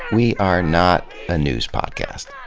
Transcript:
we are not a news podcast.